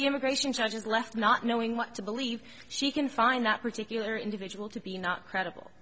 the immigration charges left not knowing what to believe she can find that particular individual to be not credible